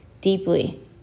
deeply